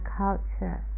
culture